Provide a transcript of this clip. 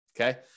okay